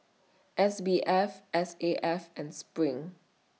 S B F S A F and SPRING